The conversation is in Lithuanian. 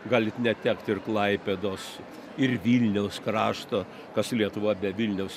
galit netekt ir klaipėdos ir vilniaus krašto kas lietuva be vilniaus